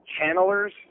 channelers